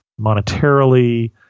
monetarily